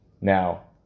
Now